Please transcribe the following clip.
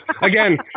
again